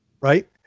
right